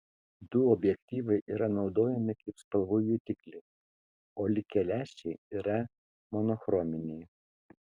du objektyvai yra naudojami kaip spalvų jutikliai o likę lęšiai yra monochrominiai